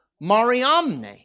Mariamne